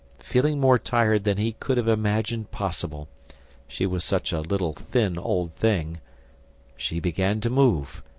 feeling more tired than he could have imagined possible she was such a little thin old thing she began to move,